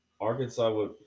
Arkansas